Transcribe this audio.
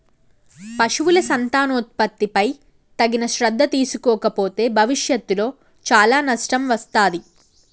పశువుల సంతానోత్పత్తిపై తగిన శ్రద్ధ తీసుకోకపోతే భవిష్యత్తులో చాలా నష్టం వత్తాది